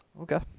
Okay